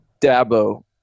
Dabo